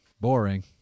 Boring